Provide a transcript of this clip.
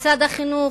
משרד החינוך,